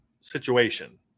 situation